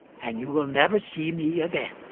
and you will never see me again.